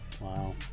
Wow